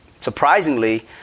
surprisingly